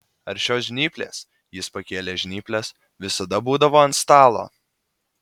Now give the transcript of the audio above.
ar šios žnyplės jis pakėlė žnyples visada būdavo ant stalo